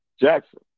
Jackson